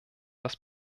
das